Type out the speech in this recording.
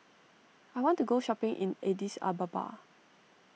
I want to go shopping in Addis Ababa